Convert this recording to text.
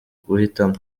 guhitamo